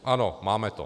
Ano, máme to.